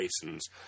basins